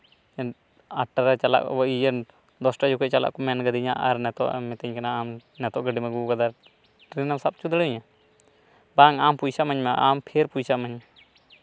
ᱟᱴᱴᱟ ᱨᱮ ᱪᱟᱞᱟᱜ ᱤᱭᱟᱹ ᱫᱚᱥᱴᱟ ᱡᱚᱠᱷᱚᱱ ᱪᱟᱞᱟᱜ ᱠᱚ ᱢᱮᱱ ᱟᱠᱟᱫᱤᱧᱟ ᱟᱨ ᱱᱤᱛᱚᱜ ᱮᱢ ᱢᱮᱛᱟᱹᱧ ᱠᱟᱱᱟ ᱟᱢ ᱱᱤᱛᱚᱜ ᱜᱟᱹᱰᱤᱢ ᱟᱹᱜᱩ ᱟᱠᱟᱫᱟ ᱴᱨᱮᱱ ᱮᱢ ᱥᱟᱵ ᱦᱚᱪᱚ ᱫᱟᱲᱮᱭᱤᱧᱟ ᱵᱟᱝ ᱟᱢ ᱯᱚᱭᱥᱟ ᱤᱢᱟᱹᱧ ᱢᱮ ᱟᱢ ᱯᱷᱮᱨ ᱯᱚᱭᱥᱟ ᱤᱢᱟᱹᱧ ᱢᱮ